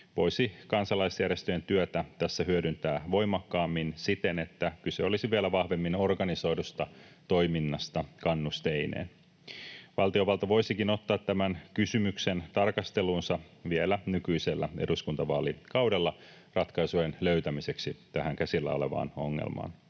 voisi kansalaisjärjestöjen työtä tässä hyödyntää voimakkaammin siten, että kyse olisi vielä vahvemmin organisoidusta toiminnasta kannusteineen. Valtiovalta voisikin ottaa tämän kysymyksen tarkasteluunsa vielä nykyisellä eduskuntavaalikaudella ratkaisujen löytämiseksi tähän käsillä olevaan ongelmaan.